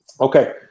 Okay